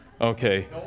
Okay